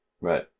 right